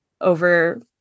over